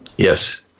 Yes